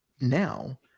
now